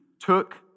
took